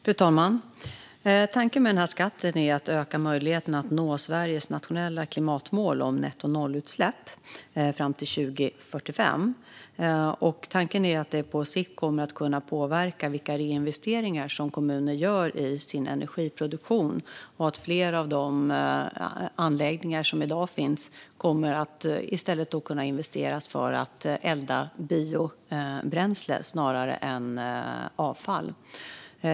Fru talman! Tanken med skatten är att öka möjligheten att nå Sveriges nationella klimatmål om nettonollutsläpp fram till 2045. Tanken är att det på sikt kommer att kunna påverkar vilka reinvesteringar som kommuner gör i sin energiproduktion. Fler av de anläggningar som finns i dag kommer i stället att investera för att elda biobränsle snarare än avfall.